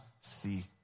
see